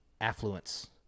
affluence